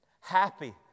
Happy